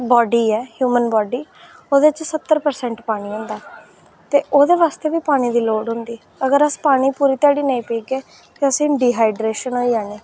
body ऐ human body ओह्दे च स्हत्तर परसैंट पानी होंदा ते ओह्दे आस्तै बी पानी दी लोड़ होंदी अगर अस पानी पूरी ध्याड़ी नेईं पीगे ते असें ई डिहाइड्रेशन होई जानी